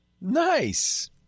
Nice